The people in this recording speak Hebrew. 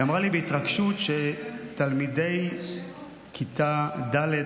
היא אמרה לי בהתרגשות שתלמידי כיתה ד'